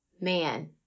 Man